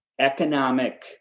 economic